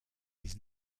his